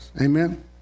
Amen